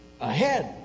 Ahead